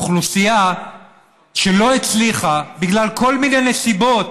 אוכלוסייה שבגלל כל מיני נסיבות,